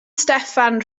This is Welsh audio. steffan